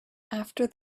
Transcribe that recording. after